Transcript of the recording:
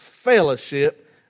fellowship